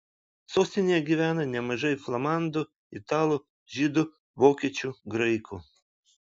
sostinėje gyvena nemažai flamandų italų žydų vokiečių graikų